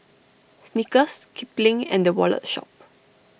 Snickers Kipling and the Wallet Shop